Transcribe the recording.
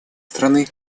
страны